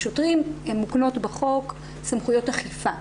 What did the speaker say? לשוטרים, מוקנות בחוק סמכויות אכיפה.